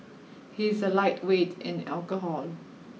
he is a lightweight in the alcohol